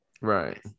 Right